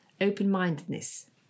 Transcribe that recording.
open-mindedness